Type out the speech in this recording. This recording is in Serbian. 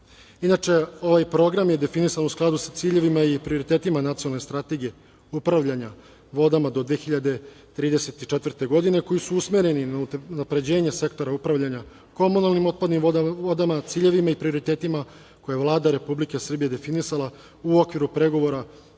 voda. Inače, ovaj program je definisan u skladu sa ciljevima i prioritetima Nacionalne strategije upravljanja vodama do 2034. godine, koji su usmereni na unapređenje sektora upravljanja komunalnim otpadnim vodama, ciljevima i prioritetima koje je Vlada Republike Srbije definisala u okviru pregovora